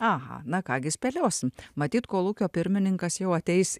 aha na ką gi spėliosim matyt kolūkio pirmininkas jau ateis